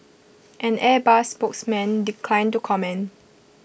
an airbus spokesman declined to comment